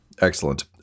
Excellent